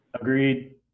Agreed